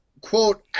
quote